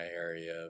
area